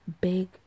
big